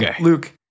Luke